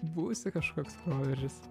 būsi kažkoks proveržis